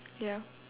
ya